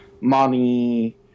money